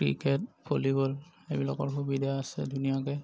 cricket volleyball এইবিলাকৰ সুবিধা আছে ধুনীয়াকৈ